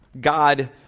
God